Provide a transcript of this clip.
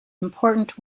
important